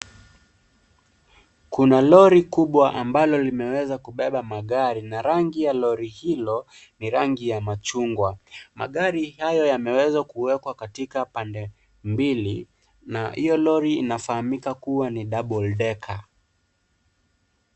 Kuna lori kubwa ambalo limeweza kubeba magari, na rangi ya lori hilo ni rangi ya machungwa. Magari hayo yameweza kuwekwa katika pande mbili, na hiyo lori inafahamika kuwa ni Double Deker.